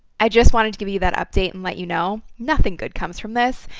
i just wanted to give you that update, and let you know nothing good comes from this,